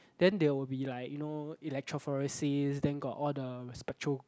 then there will be like you know electrophoresis then got all the spectro